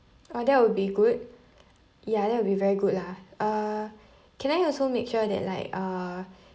uh that will be good ya that will be very good lah uh can I also make sure that like uh